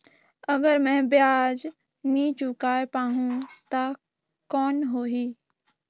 अगर मै ब्याज नी चुकाय पाहुं ता कौन हो ही?